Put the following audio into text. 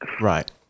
Right